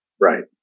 Right